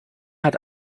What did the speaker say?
hat